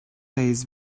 days